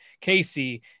Casey